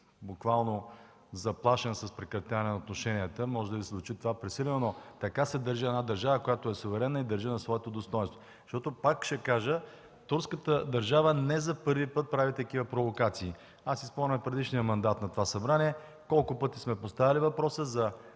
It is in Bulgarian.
буквално заплашен с прекратяване на отношенията. Може да Ви звучи пресилено, но така се държи една държава, която е суверенна и държи на своето достойнство. Пак ще кажа, турската държава не за първи път прави такива провокации. Аз си спомням в предишния мандат на това Събрание колко пъти сме поставяли въпроса за